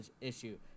issue